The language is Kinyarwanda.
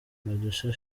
producer